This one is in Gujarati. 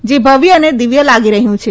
જે ભવ્ય અને દિવ્ય લાગી રહ્યું છે